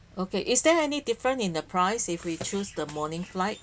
okay is there any different in the price if we choose the morning flight